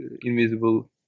invisible